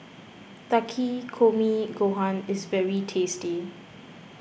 Takikomi Gohan is very tasty